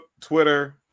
Twitter